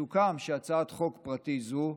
סוכם שהצעת חוק פרטית זו,